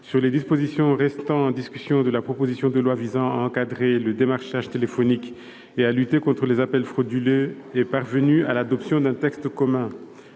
sur les dispositions restant en discussion de la proposition de loi visant à encadrer le démarchage téléphonique et à lutter contre les appels frauduleux est parvenue à l'adoption d'un texte commun.